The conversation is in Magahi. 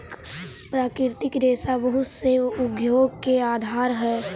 प्राकृतिक रेशा बहुत से उद्योग के आधार हई